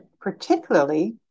particularly